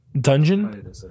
Dungeon